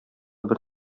бер